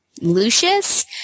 Lucius